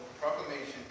proclamation